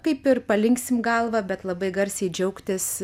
kaip ir palinksim galvą bet labai garsiai džiaugtis